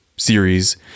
series